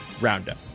Roundup